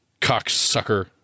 cocksucker